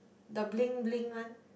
the bling bling one